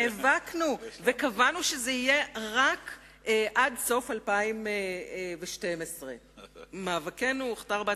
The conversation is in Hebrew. נאבקנו וקבענו שזה יהיה רק עד סוף 2012. מאבקנו הוכתר בהצלחה,